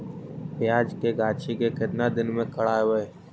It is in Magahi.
प्याज के गाछि के केतना दिन में कबाड़बै?